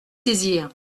saisir